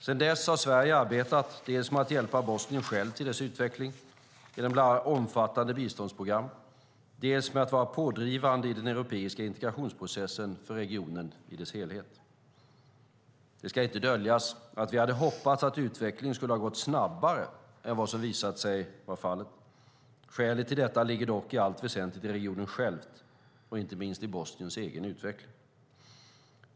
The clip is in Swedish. Sedan dess har Sverige arbetat dels med att hjälpa Bosnien självt i dess utveckling genom bland annat omfattande biståndsprogram, dels med att vara pådrivande i den europeiska integrationsprocessen för regionen i dess helhet. Det ska inte döljas att vi hade hoppats att utvecklingen skulle ha gått snabbare än vad som visat sig vara fallet. Skälet till detta ligger dock i allt väsentligt i regionen själv och inte minst i Bosniens egen utveckling.